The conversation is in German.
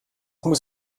muss